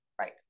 right